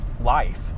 life